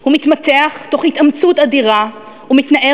"הוא מתמתח תוך התאמצות אדירה ומתנער